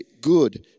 good